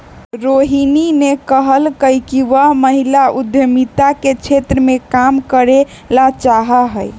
रोहिणी ने कहल कई कि वह महिला उद्यमिता के क्षेत्र में काम करे ला चाहा हई